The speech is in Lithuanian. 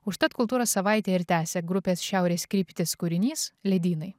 užtat kultūros savaitę ir tęsia grupės šiaurės kryptis kūrinys ledynai